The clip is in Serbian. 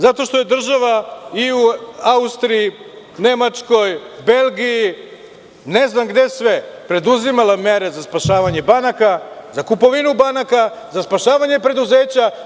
Zato što je država i u Austriji, Nemačkoj, Belgiji, ne znam gde sve preduzimala mere za spašavanje banaka, za kupovinu banaka, za spašavanje preduzeća.